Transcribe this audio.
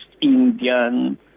Indian